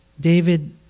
David